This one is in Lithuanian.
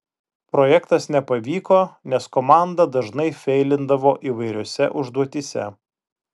projektas nepavyko nes komanda dažnai feilindavo įvairiose užduotyse